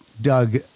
Doug